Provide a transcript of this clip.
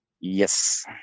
Yes